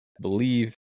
believe